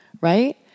right